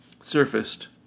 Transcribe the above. surfaced